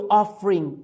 offering